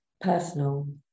personal